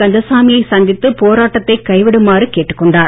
கந்தசாமியை சந்தித்து போராட்டத்தை கைவிடுமாறு கேட்டுக்கொண்டார்